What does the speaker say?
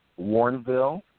Warrenville